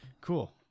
cool